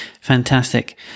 Fantastic